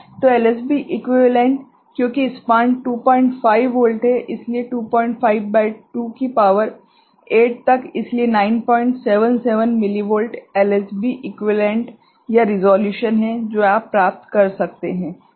तो LSB equivalent क्योकि span 25 volt है इसलिए 25 भागित 2 की शक्ति 8 तक इसलिए 977 मिलीवोल्ट एलएसबी इक्विवेलेंटया रिसोल्यूशन है जो आप प्राप्त कर सकते हैं ठीक है